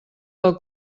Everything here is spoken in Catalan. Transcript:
del